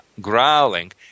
growling